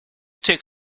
take